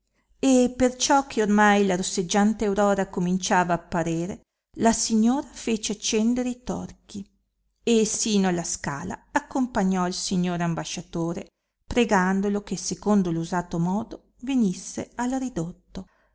e perciò che ormai la rosseggiante aurora cominciava apparerò la signora fece accendere i torchi e sino alla scala accompagnò il signore ambasciatore pregandolo che secondo l'usato modo venisse al ridotto